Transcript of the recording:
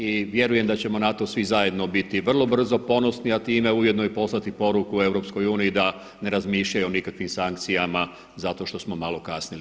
I vjerujem da ćemo na to svi zajedno biti vrlo brzo ponosni a time ujedno i poslati poruku EU da ne razmišljaju o nikakvim sankcijama zato što smo malo kasnili.